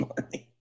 money